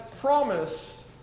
promised